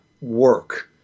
work